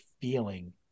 feeling